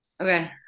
Okay